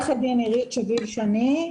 עירית שביב-שני,